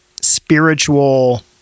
spiritual